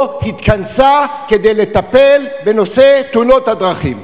התכנסה כדי לטפל בנושא תאונות הדרכים.